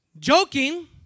Joking